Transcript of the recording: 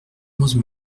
onze